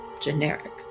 generic